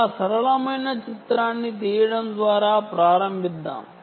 చాలా సరళమైన చిత్రాన్నిఅర్ధం చేసుకోవడంతో ప్రారంభిద్దాం